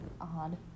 odd